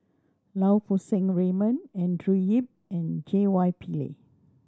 Lau Poo Seng Raymond Andrew Yip and J Y Pillay